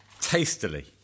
tastily